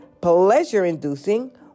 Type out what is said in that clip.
pleasure-inducing